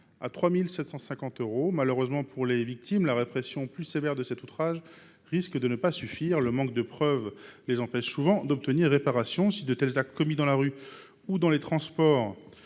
à 3 750 euros. Malheureusement pour les victimes, la répression plus sévère de cet outrage risque de ne pas suffire, le manque de preuves les empêchant souvent d’obtenir réparation. Or, si de tels actes commis dans la rue ou dans les transports